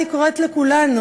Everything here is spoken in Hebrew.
אני קוראת לכולנו,